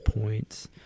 points